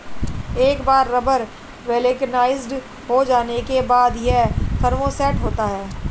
एक बार rubber vulcanized हो जाने के बाद, यह थर्मोसेट होता है